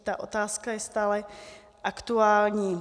Ta otázka je stále aktuální.